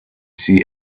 see